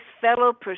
fellow